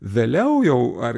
vėliau jau ar